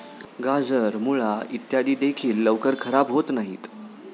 गाजर, मुळा इत्यादी देखील लवकर खराब होत नाहीत